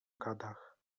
gadach